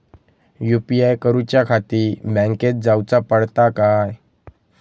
UPI करूच्याखाती बँकेत जाऊचा पडता काय?